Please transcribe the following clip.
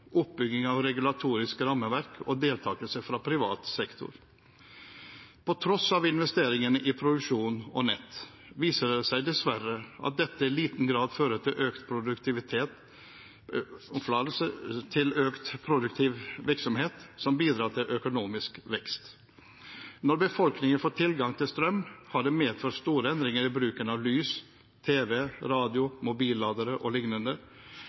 av regulatorisk rammeverk og deltakelse fra privat sektor. På tross av investeringene i produksjon og nett viser det seg dessverre at dette i liten grad fører til økt produktiv virksomhet som bidrar til økonomisk vekst. Når befolkningen får tilgang til strøm, har det medført store endringer i bruken av lys, tv, radio, mobilladere